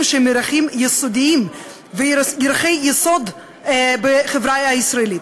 שהם ערכים יסודיים וערכי יסוד בחברה הישראלית?